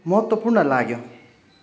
महत्त्वपूर्ण लाग्यो